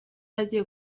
agiye